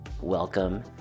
welcome